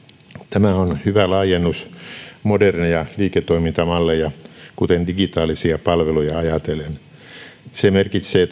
tämä on hyvä laajennus moderneja liiketoimintamalleja kuten digitaalisia palveluja ajatellen se merkitsee